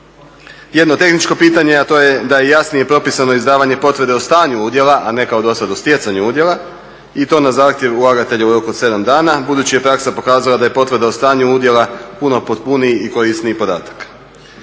Jedno tehničko pitanje a to je da je jasnije propisano izdavanje potvrde o stanju udjela a ne kao dosad u sjecanju udjela i to na zahtjev ulagatelja u roku od 7 dana budući je praksa pokazala da je potvrda o stanju udjela puno potpuniji i korisniji podatak.